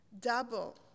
double